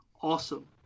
awesome